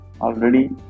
already